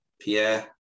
Pierre